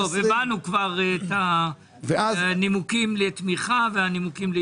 הבנו את הנימוקים לתמיכה והנימוקים נגד.